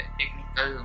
technical